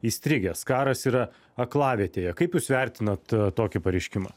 įstrigęs karas yra aklavietėje kaip jūs vertinat tokį pareiškimą